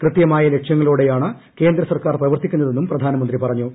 കൃത്യമായ ലക്ഷ്യങ്ങളോടെയാണ് കേന്ദ്ര സർക്കാർ പ്രവർത്തിക്കുന്നതെന്നും പ്രധാനമന്ത്രി പറഞ്ഞു